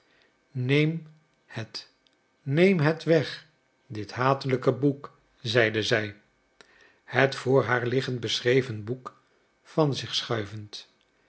neem het neem het weg dit hatelijk boek zeide zij het voor haar liggend beschreven boek van zich schuivend